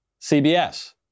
CBS